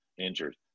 injured